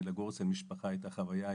של לגור אצל משפחה הייתה חוויה ייחודית,